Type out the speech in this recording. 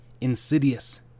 insidious